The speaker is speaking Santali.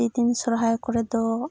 ᱟᱹᱰᱤ ᱫᱤᱱ ᱥᱚᱦᱨᱟᱭ ᱠᱚᱨᱮ ᱫᱚ